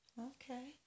Okay